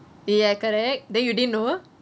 ya correct then you didn't know